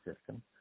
system